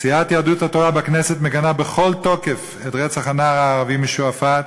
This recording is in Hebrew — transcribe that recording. סיעת יהדות התורה בכנסת מגנה בכל תוקף את רצח הנער הערבי משועפאט,